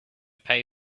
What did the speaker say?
pay